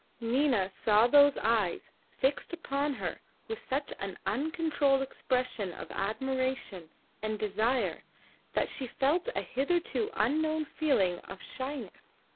nina saw those eyes fixed upon her with such an uncontrolled expression of admiration and desire that she felt a hitherto unknown feeling of shyness,